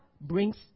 brings